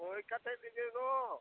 ᱠᱷᱳᱭ ᱠᱟᱛᱮᱫ ᱤᱭᱟᱹ ᱫᱚ